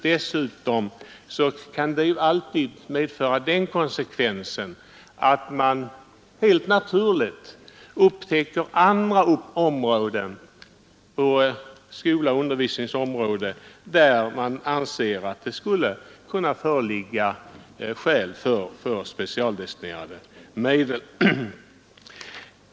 Dessutom kan det alltid medföra att man upptäcker andra avsnitt på skolans och undervisningens område där man skulle kunna finna skäl för att specialdestinera medel.